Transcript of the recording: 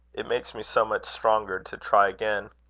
it makes me so much stronger to try again.